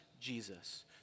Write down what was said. Jesus